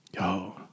Yo